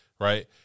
right